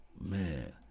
man